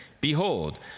behold